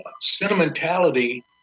sentimentality